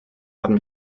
haben